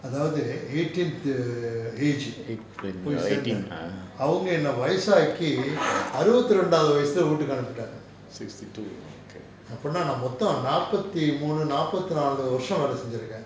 அதாவது:athaavathu eighteenth err age போய் சேர்ந்தேன் அவங்க என்ன வயசாக்கி அருவத்தி ரெண்டாவது வயசுல வீட்டுக்கு அனுப்பிட்டாங்க அப்பன்னா நான் மொத்தம் நாப்பத்தி மூணு நாப்பத்தி நாலு வருஷம் வேலை செஞ்சு இருக்கேன்:poi serthaen avanga enna vayasaakki aruvathu rendavathu vayasula veettukku anuppittaanga appannaa naan mottham naappathi moonu naappathi naalu varusam velai senju irukkaen